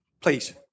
Please